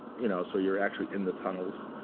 you know so you're actually in the tunnels.